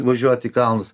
važiuot į kalnus